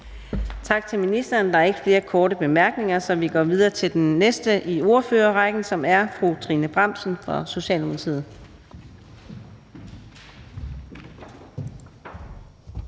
Tak til ordføreren. Der er ikke flere korte bemærkninger, så vi går videre til den næste ordfører i rækken, som er fru Susie Jessen fra Danmarksdemokraterne.